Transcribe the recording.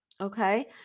Okay